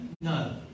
No